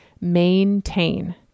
maintain